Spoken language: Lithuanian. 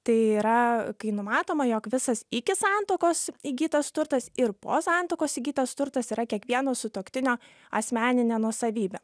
tai yra kai numatoma jog visas iki santuokos įgytas turtas ir po santuokos įgytas turtas yra kiekvieno sutuoktinio asmeninė nuosavybė